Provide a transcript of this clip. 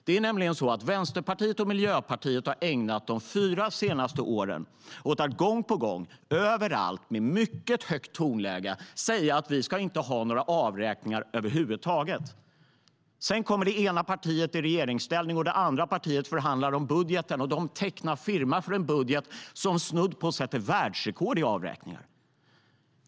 Det är nämligen så att Vänsterpartiet och Miljöpartiet har ägnat de fyra senaste åren åt att gång på gång, överallt, med mycket högt tonläge säga att vi inte ska ha några avräkningar över huvud taget. Sedan kommer det ena partiet i regeringsställning och det andra partiet förhandlar om budgeten. De tecknar firma för en budget som snudd på sätter världsrekord i avräkningar!